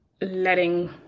letting